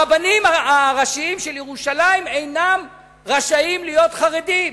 הרבנים הראשיים של ירושלים אינם רשאים להיות חרדים.